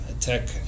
tech